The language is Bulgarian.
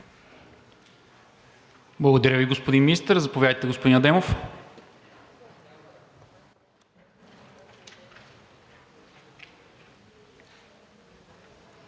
Благодаря Ви, господин Министър. Заповядайте, господин Адемов.